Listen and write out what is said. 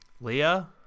Leah